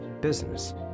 business